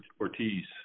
Ortiz